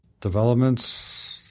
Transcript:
Developments